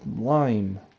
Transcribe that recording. lime